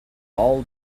all